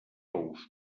ous